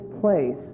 place